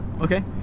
Okay